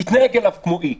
תתנהג אליו כמו אי.